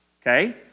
okay